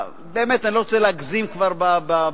באמת, אני לא רוצה להגזים כבר בסופרלטיבים.